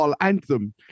anthem